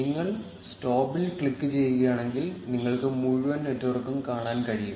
നിങ്ങൾ സ്റ്റോപ്പിൽ ക്ലിക്കുചെയ്യുകയാണെങ്കിൽ നിങ്ങൾക്ക് മുഴുവൻ നെറ്റ്വർക്കും കാണാൻ കഴിയും